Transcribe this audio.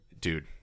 Dude